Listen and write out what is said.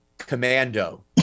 Commando